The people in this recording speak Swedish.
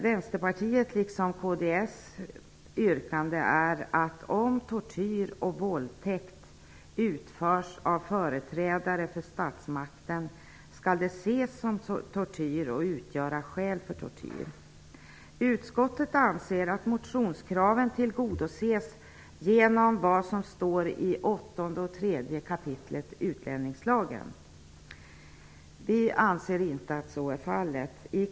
Vänsterpartiet liksom kds yrkande är, att om tortyr och våldtäkt utförs av företrädare för statsmakten skall det ses som tortyr och utgöra skäl för asyl. Utskottet anser att motionskraven tillgodoses genom vad som står i 8 och 3 kap. utlänningslagen. Vi anser inte att så är fallet.